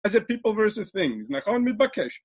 אז זה People vs. Things. נכון? מבקש.